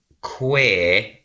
queer